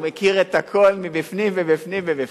הוא מכיר את הכול בפנים בפנים ובפנים.